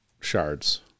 shards